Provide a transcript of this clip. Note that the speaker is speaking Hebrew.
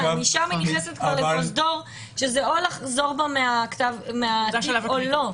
משם היא נכנסת לפרוזדור או לחזור בו מהתיק או לא.